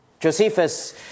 Josephus